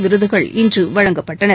விருதுகள் இன்று வழங்கப்பட்டன